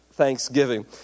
thanksgiving